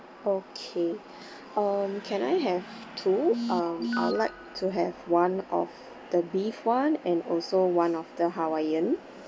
okay um can I have two um I'd like to have one of the beef one and also one of the hawaiian